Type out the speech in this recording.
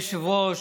אדוני היושב-ראש,